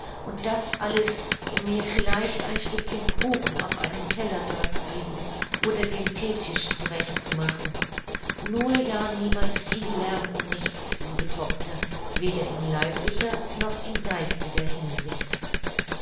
und das alles um mir vielleicht ein stückchen kuchen auf einem teller darzubieten oder den theetisch zurecht zu machen nur ja niemals viel lärm um nichts liebe tochter weder in leiblicher noch in geistiger hinsicht